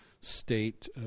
state